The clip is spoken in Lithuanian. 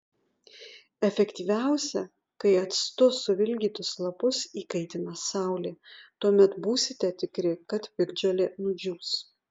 efektyviausia kai actu suvilgytus lapus įkaitina saulė tuomet būsite tikri kad piktžolė nudžius